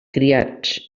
criats